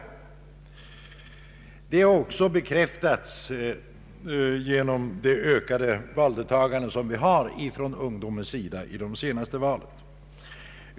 Detta har också bekräftats genom ett ökat valdeltagande från ungdomen i de senaste valen.